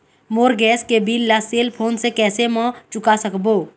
मोर gas के bill ला cell phone से कैसे म चुका सकबो?